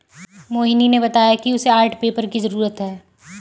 मोहिनी ने बताया कि उसे आर्ट पेपर की जरूरत है